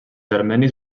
armenis